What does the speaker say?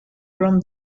from